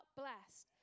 blessed